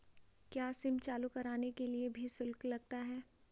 क्या सिम चालू कराने के लिए भी शुल्क लगता है?